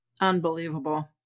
Unbelievable